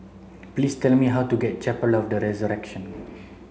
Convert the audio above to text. please tell me how to get to Chapel of the Resurrection